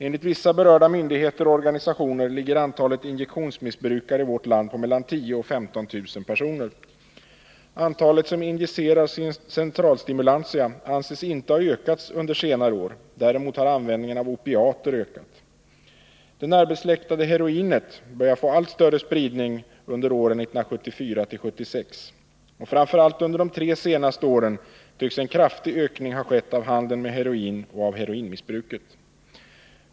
Enligt vissa berörda myndigheter och organisationer ligger antalet injektionsmissbrukare i vårt land på mellan 10 000 och 15 000 personer. Antalet personer som injicerar centralstimulantia anses inte ha ökat under senare år. Däremot har användningen av opiater ökat. Det närbesläktade heroinet började få allt större spridning åren 1974-1976. Framför allt under de tre senaste åren tycks en kraftig ökning ha skett av handeln med heroin och av heroinmissbruket.